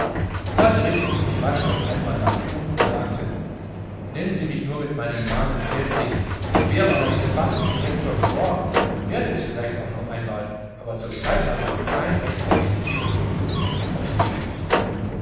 da drehte ich mich rasch noch einmal nach ihr um und sagte nennen sie mich nur mit meinem namen pfäffling ich wäre allerdings fast direktor geworden werde es auch vielleicht einmal aber zur zeit habe ich noch kein recht auf diesen titel dann spielte ich